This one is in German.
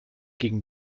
gegen